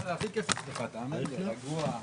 13:25.